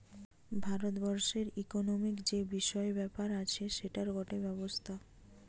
ভারত বর্ষের ইকোনোমিক্ যে বিষয় ব্যাপার আছে সেটার গটে ব্যবস্থা